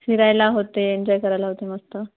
फिरायला होते एन्जॉय करायला होते मस्त